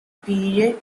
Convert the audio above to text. period